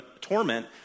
torment